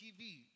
TV